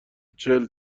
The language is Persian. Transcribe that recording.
چهل